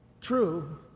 true